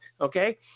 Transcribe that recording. okay